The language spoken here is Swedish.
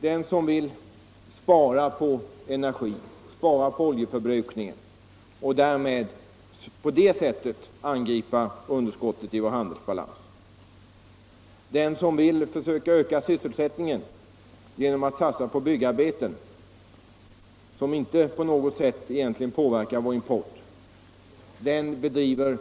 Den som vill spara energi, den som vill minska oljeförbrukningen, och på det sättet angripa underskottet i vår handelsbalans, den som vill försöka öka sysselsättningen genom att satsa på byggarbeten, vilket inte på något sätt påverkar vår import, den bedriver